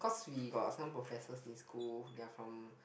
we got some professors in school they are from